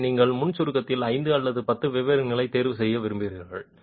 எனவே நீங்கள் முன் சுருக்கத்தின் 5 அல்லது 10 வெவ்வேறு நிலைகளை தேர்வு செய்ய விரும்புவீர்கள்